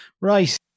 Right